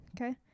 okay